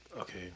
okay